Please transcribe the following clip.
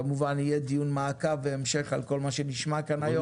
כמובן שיהיה דיון מעקב בהמשך על כל מה שנשמע כאן היום.